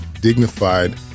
dignified